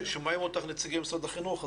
שומעים אותך נציגי משרד החינוך,